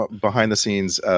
behind-the-scenes